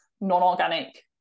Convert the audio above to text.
non-organic